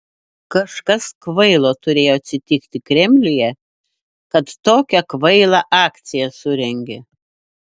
kažkas kvailo turėjo atsitiki kremliuje kad tokią kvailą akciją surengė